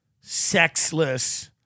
sexless